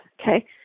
Okay